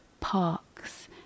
parks